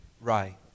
Right